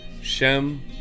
Shem